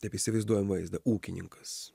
taip įsivaizduojam vaizdą ūkininkas